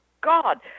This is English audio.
God